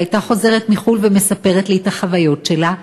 והייתה חוזרת מחו"ל ומספרת לי את החוויות שלה,